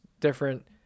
different